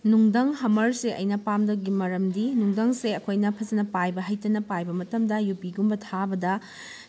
ꯅꯨꯡꯊꯪ ꯍꯝꯃꯔꯁꯦ ꯑꯩꯅ ꯄꯥꯝꯗꯕꯒꯤ ꯃꯔꯝꯗꯤ ꯅꯨꯡꯊꯪꯁꯦ ꯑꯩꯈꯣꯏꯅ ꯐꯖꯅ ꯄꯥꯏꯕ ꯍꯩꯇꯅ ꯄꯥꯏꯕ ꯃꯇꯝꯗ ꯌꯣꯠꯄꯤꯒꯨꯝꯕ ꯊꯥꯕꯗ